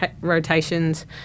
rotations